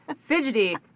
fidgety